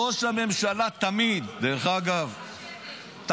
ראש הממשלה תמיד --- מלחמה, דודי, במלחמה.